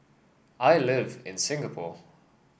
I live in Singapore